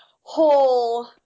whole